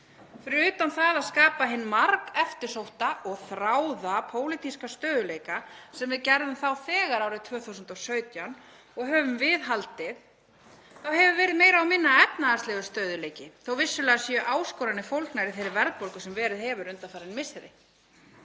„Fyrir utan það að skapa hinn margeftirsótta og þráða pólitíska stöðugleika sem við gerðum þá þegar árið 2017 og höfum viðhaldið, þá hefur verið meira og minna efnahagslegur stöðugleiki þó að vissulega séu áskoranir fólgnar í þeirri verðbólgu sem verið hefur undanfarin misseri.“